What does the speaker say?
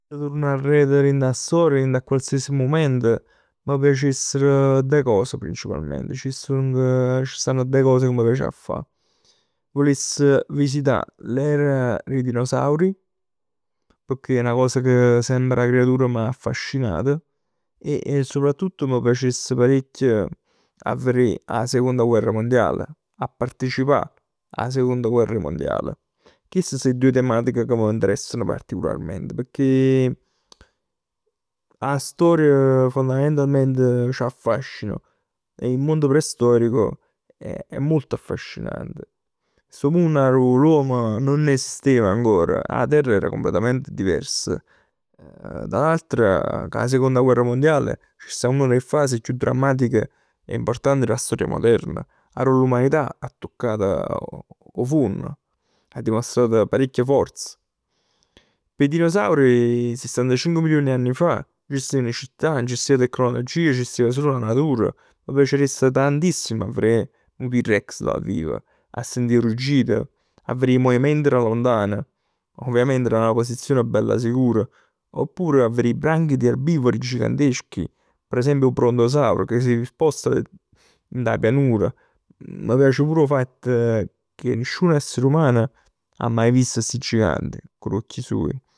Turnà aret dint 'a storia, dint 'a qualsiasi mument m' piacesser doje cose principalment. Ci stong, ci stann doje cose ca m' piace a fa. Vuless visità l'era d' 'e dinosauri pecchè è 'na cosa ca semp da creatur m'affascinat e soprattutto m' piacess parecchio a verè 'a Seconda Guerra Mondiale. A partecipà 'a Seconda Guerra Mondiale. Chest so 'e doje tematiche ca m'interessano particolarment pecchè 'a storia fondamentalment c'affascina. In un mondo preistorico è molto affascinante. Stu munn arò l'uomo nun esisteva ancora. 'a terra era completament divers. Dall'altro cu 'a Seconda Guerra Mondiale ci sta una d' 'e fasi chiù drammatiche d' 'e fasi d' 'a storia moderna. Arò l'umanità 'a tuccat 'o funn. 'A dimostrato parecchia forza. P' 'e dinosauri sessantacinc milioni 'e anni fa, nun c' stevn città, nun c' stev tecnologia. C' stev sul 'a natura. M' piacess tantissimo a verè un T- rex dal vivo. A sentì 'e ruggit, a verè 'e muviment da lontan. Ovviament 'a 'na posizione bella sicura. Oppure 'a verè i branchi di erbivori gigantechi, per esempio 'o Brontosauro che si sposta dint 'a pianura. M' piace pur 'o fatt che nisciun essere umano ha maje visto sti giganti cu l'uocchie suoje.